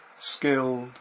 skilled